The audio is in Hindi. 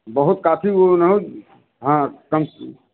बहुत काफ़ी वो ना हाँ